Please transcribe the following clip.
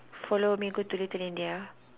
follow me go to little India